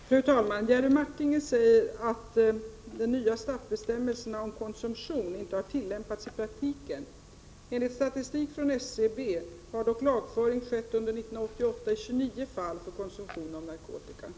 Fru talman! Jerry Martinger säger att de nya straffbestämmelserna om konsumtion inte har tillämpats i praktiken. Enligt statistik från SCB har dock under år 1988 lagföring skett i 29 fall av konsumtion av narkotika.